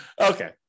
Okay